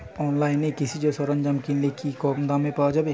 অনলাইনে কৃষিজ সরজ্ঞাম কিনলে কি কমদামে পাওয়া যাবে?